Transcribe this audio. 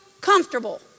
comfortable